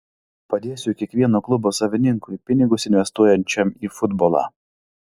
padėsiu kiekvieno klubo savininkui pinigus investuojančiam į futbolą